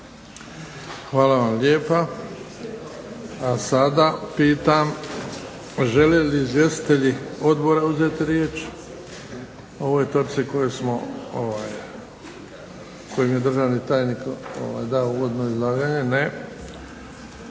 Hvala vam lijepa. A sada pitam žele li izvjestitelji odbora uzeti riječ o ovoj točki kojoj je državni tajnik dao uvodno izlaganje? Ne.